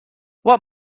what